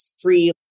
free